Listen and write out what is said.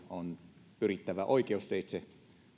on pyrittävä oikeusteitse